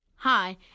hi